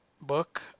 book